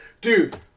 Dude